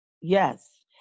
Yes